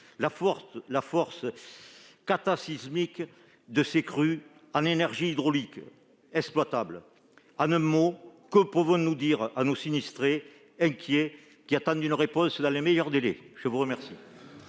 la force cataclysmique de ces crues en énergie hydraulique exploitable ? Enfin, que répondre à nos sinistrés inquiets, qui attendent une réponse dans les meilleurs délais ? J'ai exprimé,